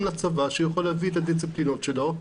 לצבא שהוא יכול להביא את הדיסציפלינות שלו,